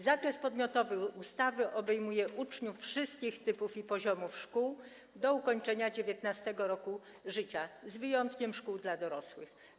Zakres podmiotowy ustawy obejmuje uczniów wszystkich typów i poziomów szkół do ukończenia 19. roku życia, z wyjątkiem szkół dla dorosłych.